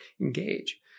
engage